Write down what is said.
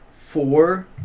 four